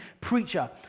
preacher